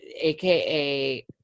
aka